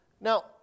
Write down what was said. Now